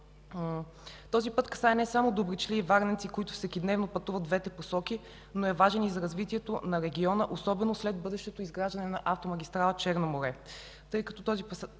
Този път касае не само добричлии и варненци, които всекидневно пътуват в двете посоки, но е важен и за развитието на региона, особено след бъдещото изграждането на автомагистрала „Черно море”,